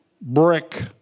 brick